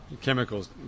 chemicals